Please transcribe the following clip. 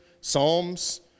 Psalms